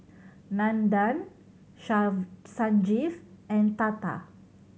Nandan Sanjeev and Tata